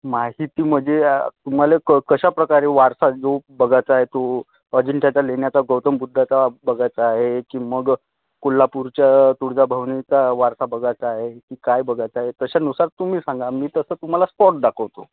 माहिती म्हणजे तुम्हाला क कशा प्रकारे वारसा जो बघायचा आहे तो अजिंठ्याच्या लेण्याचा गौतम बुद्धाचा बघायचा आहे की मग कोल्हापूरच्या तुळजाभवनीचा वारसा बघायचा आहे की काय बघायचं आहे तशानुसार तुम्ही सांगा मी तसं तुम्हाला स्पॉट दाखवतो